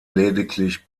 lediglich